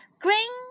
Green